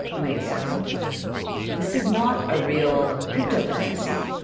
wait a second this is not a real cryptocurrency.